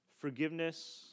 forgiveness